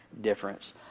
difference